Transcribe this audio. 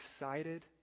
excited